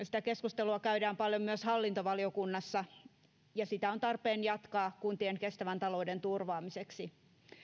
sitä keskustelua käydään paljon myös hallintovaliokunnassa ja sitä on tarpeen jatkaa kuntien kestävän talouden turvaamiseksi